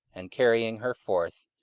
and, carrying her forth,